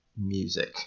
music